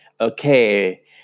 Okay